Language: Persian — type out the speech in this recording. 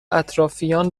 اطرافیان